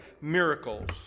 miracles